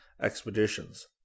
expeditions